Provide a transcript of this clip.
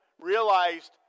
realized